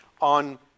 on